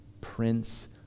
Prince